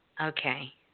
okay